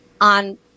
on